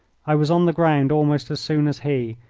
i was on the ground almost as soon as he,